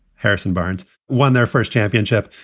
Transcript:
harrison barnes won their first championship.